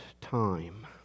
time